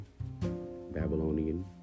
Babylonian